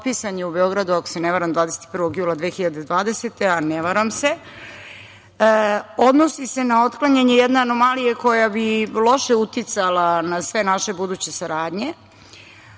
odnosi se na otklanjanje jedne anomalije koja bi loše uticala na sve naše buduće saradnje.